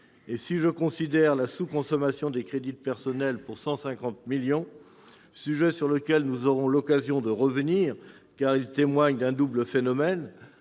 Si je considère la sous-consommation des crédits de personnels pour 150 millions d'euros, sujet sur lequel nous aurons l'occasion de revenir, car il témoigne d'un double phénomène-